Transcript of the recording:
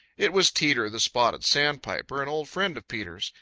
it was teeter the spotted sandpiper, an old friend of peter's.